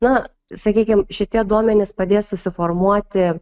na sakykim šitie duomenys padės susiformuoti